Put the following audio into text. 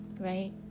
Right